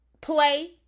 play